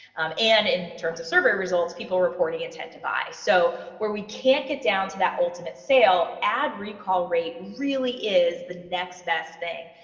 and in terms of survey results people reporting and tend to buy. so where we can't get down to that ultimate sale add recall rate really is the next best thing.